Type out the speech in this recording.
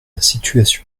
situation